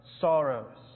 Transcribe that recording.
sorrows